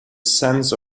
sense